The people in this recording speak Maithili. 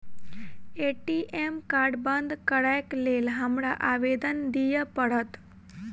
ए.टी.एम कार्ड बंद करैक लेल हमरा आवेदन दिय पड़त?